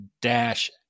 dash